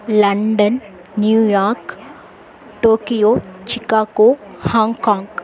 London New York Tokyo Chicago Hong Kong